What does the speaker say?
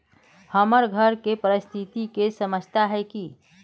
हमर घर के परिस्थिति के समझता है की?